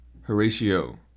Horatio